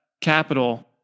capital